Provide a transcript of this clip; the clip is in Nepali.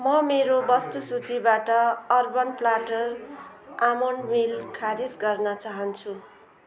म मेरो वस्तु सूचीबाट अर्बन प्ल्याटर आमोन्ड मिल्क खारेज गर्न चाहन्छु